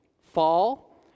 fall